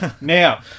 Now